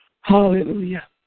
Hallelujah